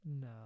No